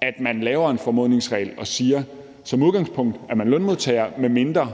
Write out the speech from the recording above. at lave en formodningsregel og sige, at man som udgangspunkt er lønmodtager, medmindre